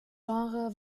genre